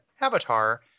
avatar